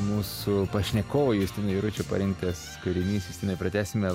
mūsų pašnekovo justino jaručio parinktas kūrinys justinai pratęsime